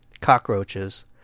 cockroaches